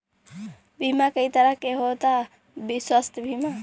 बीमा कई तरह के होता स्वास्थ्य बीमा?